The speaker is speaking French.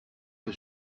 que